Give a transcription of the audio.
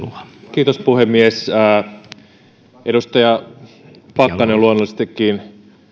kiitos puhemies edustaja pakkanen on luonnollisestikin